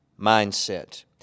mindset